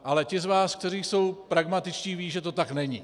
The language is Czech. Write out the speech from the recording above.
Ale ti z vás, kteří jsou pragmatičtí, vědí, že to tak není.